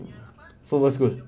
football school